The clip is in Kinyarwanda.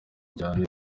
injyana